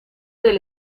del